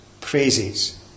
praises